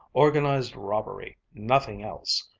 organized robbery! nothing else!